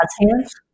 hands